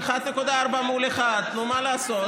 1.4% מול 1%. נו, מה לעשות?